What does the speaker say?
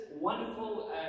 wonderful